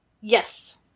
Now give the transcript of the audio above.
Yes